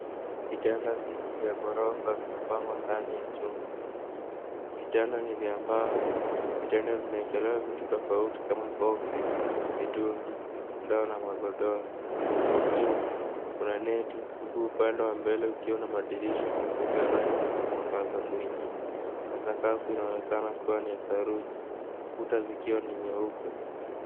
Vitanda vingi vya ghorofa vimepangwa ndani ya chumba. Vitanda ni vya mbao na vitanda imewekelewa vitu tofauti kama box ,mitungi ,ndoo na magodoro. Juu kuna neti huku upande wa mbele kukiwa na madirisha makubwa yanayoingiza mwangaza mwingi na sakafu inaonekana ni ya saruji kuta zikiwa ni nyeupe.